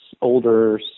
older